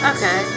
Okay